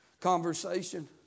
conversation